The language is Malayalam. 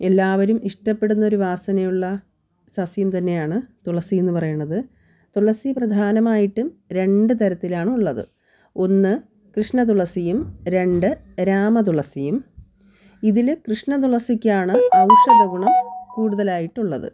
എല്ലാവരും ഇഷ്ടപെടുന്നൊരു വാസനയുള്ള സസ്യം തന്നെയാണ് തുളസി എന്ന് പറയുന്നത് തുളസി പ്രധാനമായിട്ടും രണ്ട് തരത്തിലാണുള്ളത് ഒന്ന് കൃഷ്ണതുളസിയും രണ്ട് രാമതുളസിയും ഇതിൽ കൃഷ്ണതുളസിക്കാണ് ഔഷധഗുണം കൂടുതലയിട്ടുള്ളത്